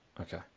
okay